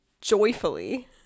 joyfully